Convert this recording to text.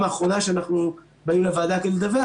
האחרונה שאנחנו באים לוועדה כדי לדווח,